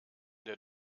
der